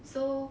so